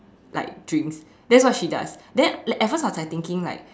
like drinks that's what she does then at first I was like thinking like